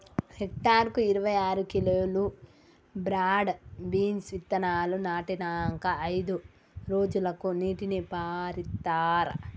hectare కు ఇరవై ఆరు కిలోలు బ్రాడ్ బీన్స్ విత్తనాలు నాటినంకా అయిదు రోజులకు నీటిని పారిత్తార్